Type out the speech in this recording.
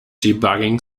debugging